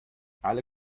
alle